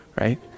Right